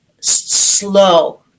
slow